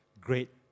great